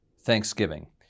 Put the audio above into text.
Thanksgiving